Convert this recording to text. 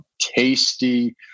tasty